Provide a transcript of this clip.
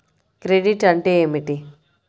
Credit అంటే ఏమిటి?